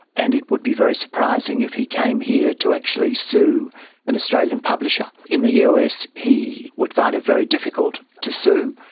and it would be very surprising if he came here to actually sue an australian publisher. in the us he would find it very difficult to sue,